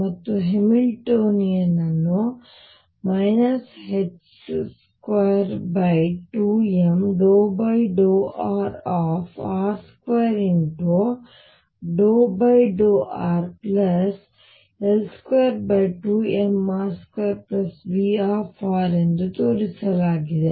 ಮತ್ತು ಹ್ಯಾಮಿಲ್ಟೋನಿಯನ್ ಅನ್ನು 22m∂r r2∂rL22mr2Vr ಎಂದು ತೋರಿಸಲಾಗಿದೆ